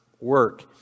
work